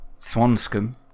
Swanscombe